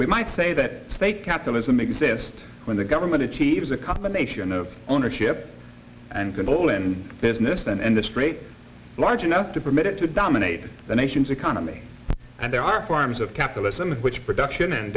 we might say that state capitalism exist when the government achieves a combination of ownership and control in business and the straight large enough to permit it to dominate the nation's economy and there are forms of capitalism which production and